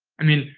i mean,